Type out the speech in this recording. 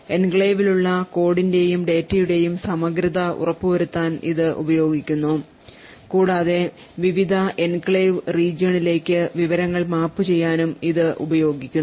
എൻക്ലേവിലുള്ള കോഡിന്റെയും ഡാറ്റയുടെയും സമഗ്രത ഉറപ്പുവരുത്താൻ ഇത് ഉപയോഗിക്കുന്നു കൂടാതെ വിവിധ എൻക്ലേവ് region ലേക്ക് വിവരങ്ങൾ മാപ്പുചെയ്യാനും ഇത് ഉപയോഗിക്കുന്നു